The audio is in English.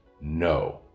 no